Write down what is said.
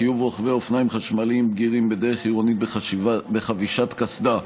חיוב רוכבי אופניים חשמליים בגירים בדרך עירונית בחבישת קסדה.